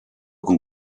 con